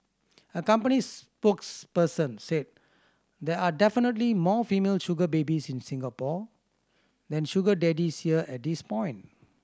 a company spokesperson said there are definitely more female sugar babies in Singapore than sugar daddies here at this point